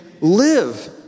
live